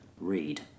Read